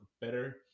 better